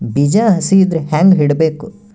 ಬೀಜ ಹಸಿ ಇದ್ರ ಹ್ಯಾಂಗ್ ಇಡಬೇಕು?